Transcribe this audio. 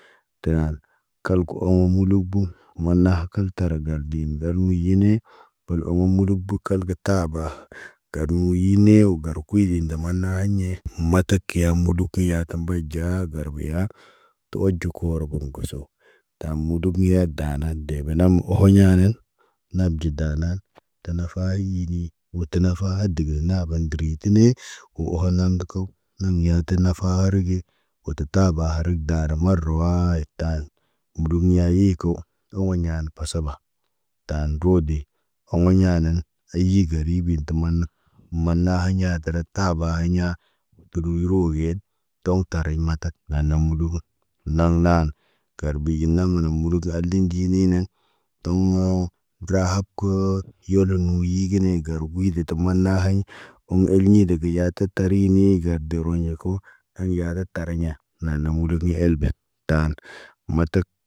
Taan kelkə omo mulubu manah kən taraga din gar niine. Pol omo mulug bu kəlgət taaba garmuyiine wo gar kuy ge nɟamana aɲe matak kiya muduku kiya tamboc ɟaa garbiya. To oɟo kooro got ŋguso, tam muduk niya da na deb na mo ohoɲanan. Nap ɟida na, tafa ayini wo tanafa adəgə naba dərətine wo oho naŋg ga kow, naŋg yaa tə nafa hari ge. Wo tə taba harig daara marawaayit taal. Mudum niya yiiko, oŋgoɲaan pasaba, taan rode. Oŋgo ɲaanan nə ayi gari bin tə manna. Maanna haɲa, tara taaba haɲa. Tobo yi roween, toŋg tariɲ matak, naana mudubu, naŋg naa. Kər biyin naŋg nama nama murug khali diininen. Toŋg, rahab kə yolomuyigine gar buy de te manahaɲ, oŋg el ɲiid de geya təta tariɲii garde roɲa kow; Aɲa ka tariɲa naanə mudugu helben.